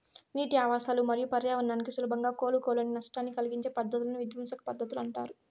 నీటి ఆవాసాలు మరియు పర్యావరణానికి సులభంగా కోలుకోలేని నష్టాన్ని కలిగించే పద్ధతులను విధ్వంసక పద్ధతులు అంటారు